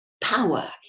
Power